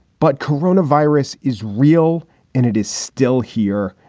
but corona virus is real and it is still here.